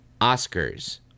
Oscars